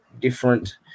different